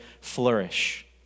flourish